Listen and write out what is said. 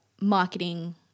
marketing